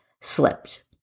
slipped